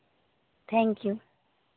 thank you